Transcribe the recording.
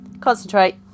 Concentrate